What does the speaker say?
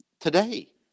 today